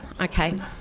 okay